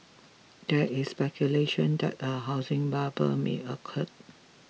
there is speculation that a housing bubble may occur